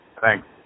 Thanks